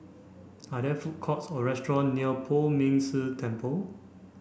are there food courts or restaurant near Poh Ming Tse Temple